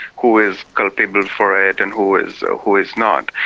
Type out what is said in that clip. who is culpable for it and who is so who is not.